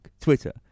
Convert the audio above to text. Twitter